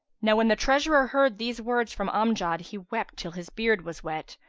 now when the treasurer heard these words from amjad, he wept till his beard was wet,